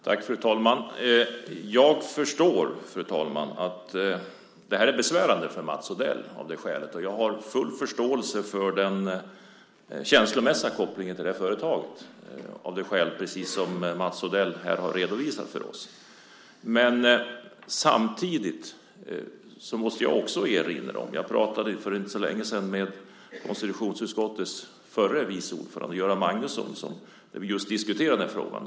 Fru talman! Jag förstår att det här är besvärande för Mats Odell av nämnda skäl. Jag har full förståelse för den känslomässiga kopplingen till företaget, av de skäl som Mats här redovisat för oss. För inte så länge sedan pratade jag med konstitutionsutskottets förre vice ordförande, Göran Magnusson. Vi diskuterade just den här frågan.